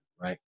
right